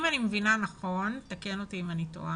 אם אני מבינה נכון, תקן אותי אם אני טועה,